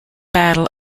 battle